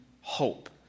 hope